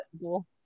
cool